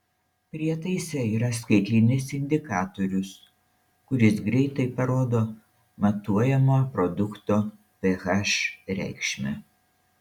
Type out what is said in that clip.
prietaise yra skaitlinis indikatorius kuris greitai parodo matuojamo produkto ph reikšmę